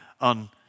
on